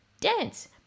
dance